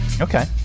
Okay